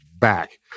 back